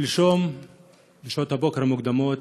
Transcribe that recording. שלשום בשעות הבוקר המוקדמות,